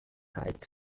picnic